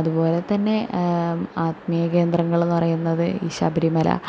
അതുപോലെത്തനെ ആത്മീയകേന്ദ്രങ്ങളെന്ന് പറയുന്നത് ഈ ശബരിമല